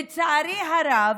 לצערי הרב,